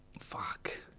Fuck